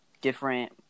different